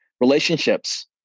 relationships